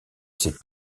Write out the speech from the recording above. ses